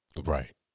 Right